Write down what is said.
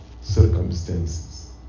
circumstances